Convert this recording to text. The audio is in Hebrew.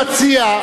כהצעה,